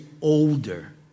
older